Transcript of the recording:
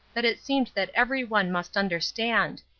that it seemed that every one must understand,